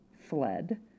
fled